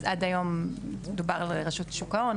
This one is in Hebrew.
אז עד היום מדובר על רשות שוק ההון,